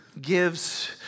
gives